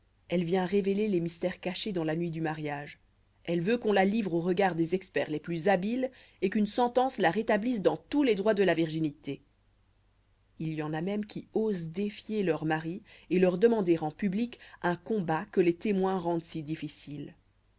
elle vient révéler les mystères cachés dans la nuit du mariage elle veut qu'on la livre aux regards des experts les plus habiles et qu'une sentence la rétablisse dans tous les droits de la virginité il y en a même qui osent défier leurs maris et leur demander en public un combat que les témoins rendent si difficiles